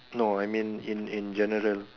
no I mean in in in general